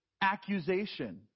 accusation